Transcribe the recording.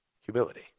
humility